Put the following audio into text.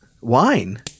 Wine